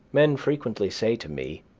men frequently say to me,